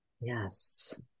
yes